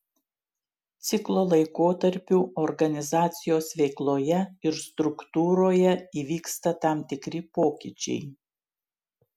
ciklo laikotarpiu organizacijos veikloje ir struktūroje įvyksta tam tikri pokyčiai